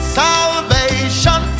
salvation